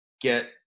get